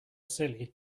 silly